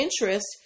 interest